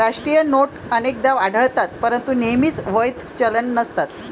राष्ट्रीय नोट अनेकदा आढळतात परंतु नेहमीच वैध चलन नसतात